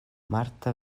marta